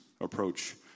approach